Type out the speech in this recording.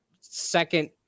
second